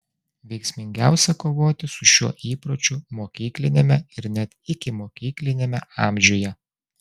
veiksmingiausia kovoti su šiuo įpročiu mokykliniame ir net ikimokykliniame amžiuje